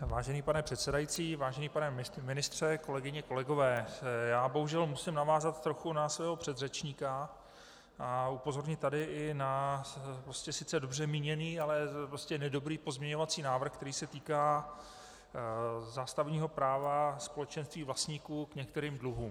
Vážený pane předsedající, vážený pane ministře, kolegyně a kolegové, bohužel musím navázat trochu na svého předřečníka a upozornit tady i na sice dobře míněný, ale prostě nedobrý pozměňovací návrh, který se týká zástavního práva společenství vlastníků k některým dluhům.